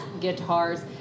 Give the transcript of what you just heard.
guitars